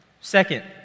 Second